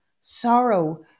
sorrow